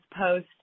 post